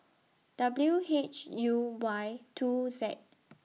W H U Y two Z